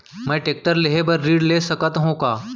मैं टेकटर लेहे बर ऋण ले सकत हो का?